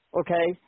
okay